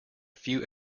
few